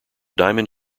diamond